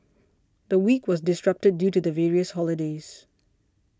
the week was disrupted due to the various holidays